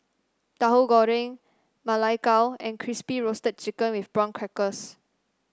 Tahu Goreng Ma Lai Gao and Crispy Roasted Chicken with Prawn Crackers